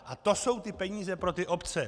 A to jsou ty peníze pro ty obce.